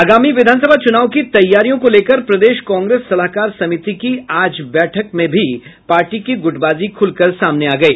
आगामी विधानसभा चुनाव की तैयारियों को लेकर प्रदेश कांग्रेस सलाहकार समिति की आज बैठक में भी पार्टी की ग्रटबाजी खूलकर सामने आ गयी